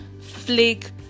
flake